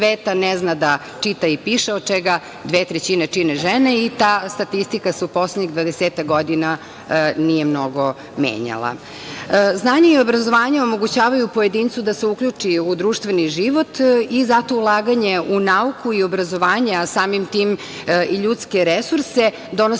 ne zna da čita i piše, od čega dve trećine čine žene i ta statistika se u poslednjih 20-ak godina nije mnogo menjala. Znanje i obrazovanje omogućavaju pojedincu da se uključi u društveni život i zato ulaganje u nauku i obrazovanje, a samim tim i ljudske resurse,